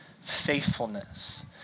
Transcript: faithfulness